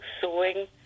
sewing